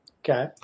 Okay